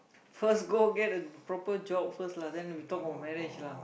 first goal get a proper job first lah then we talk about marriage lah